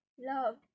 love